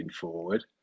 forward